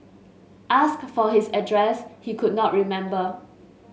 asked for his address he could not remember